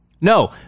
No